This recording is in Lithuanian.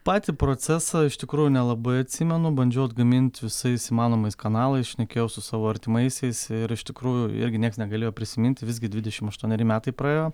patį procesą iš tikrųjų nelabai atsimenu bandžiau atgamint visais įmanomais kanalais šnekėjau su savo artimaisiais ir iš tikrųjų irgi nieks negalėjo prisiminti visgi dvidešim aštuoneri metai praėjo